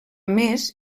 més